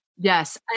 Yes